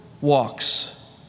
walks